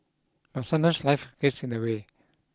but sometimes life gets in the way